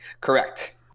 Correct